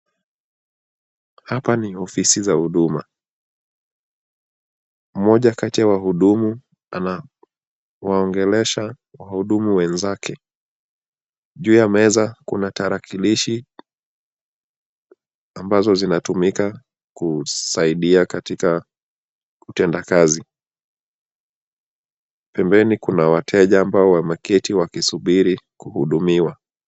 Hapa ni ofisi za huduma. Mmoja kati ya wahudumu anawaongelesha wahudumu wenzake. Juu ya meza kuna tarakilishi ambazo zinatumika kusaidia katika utenda kazi, pembeni kuna wateja ambao wameketi wakisubiri kuhudumiwa.